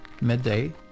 midday